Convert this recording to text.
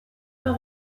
pas